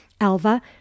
Alva